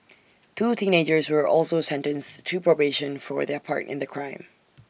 two teenagers were also sentenced to probation for their part in the crime